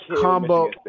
combo